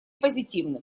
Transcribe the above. позитивным